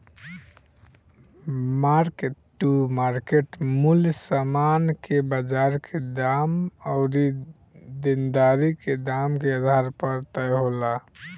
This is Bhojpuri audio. मार्क टू मार्केट मूल्य समान के बाजार के दाम अउरी देनदारी के दाम के आधार पर तय होला